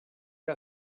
que